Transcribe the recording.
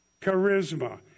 Charisma